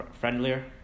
friendlier